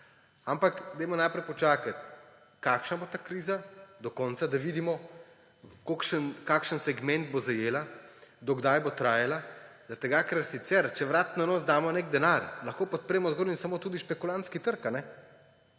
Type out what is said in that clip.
Ampak dajmo najprej počakati, kakšna bo ta kriza, do konca, da vidimo, kakšen segment bo zajela, do kdaj botrajala. Ker sicer če na vrat na nos damo nek denar, lahko podpremo zgolj in samo tudi špekulantski trg. Samo